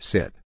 Sit